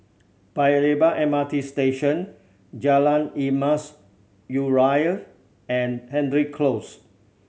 Paya Lebar M R T Station Jalan Emas Urai and Hendry Close